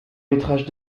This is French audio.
métrage